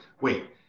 wait